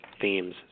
themes